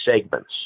segments